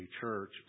church